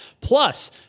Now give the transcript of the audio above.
Plus